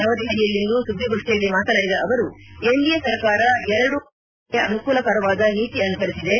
ನವದೆಹಲಿಯಲ್ಲಿಂದು ಸುದ್ದಿಗೋಷ್ಠಿಯಲ್ಲಿ ಮಾತನಾಡಿದ ಅವರು ಎನ್ ಡಿಎ ಸರ್ಕಾರ ಎರಡು ಪ್ರಮುಖ ಉದ್ದಿಮೆದಾರರಿಗೆ ಅನುಕೂಲಕರವಾದ ನೀತಿ ಅನುಸರಿಸಿದೆ